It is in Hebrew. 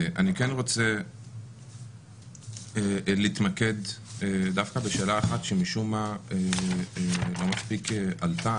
אני כן רוצה להתמקד דווקא בשאלה אחת שמשום מה לא מספיק עלתה,